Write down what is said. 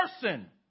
person